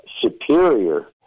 superior